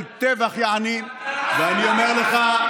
של טבח, יעני, ואני אומר לך: